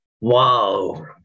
Wow